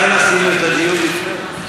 לכן עשינו את הדיון לפני.